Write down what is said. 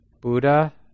Buddha